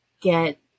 get